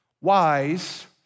wise